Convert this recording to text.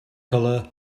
colour